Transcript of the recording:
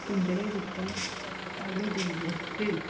ਪਿੰਜਰੇ ਵਿੱਚੋਂ ਕੱਢ ਦਿੰਦੇ ਸੀ